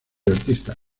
artista